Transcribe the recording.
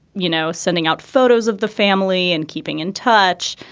you know, sending out photos of the family and keeping in touch.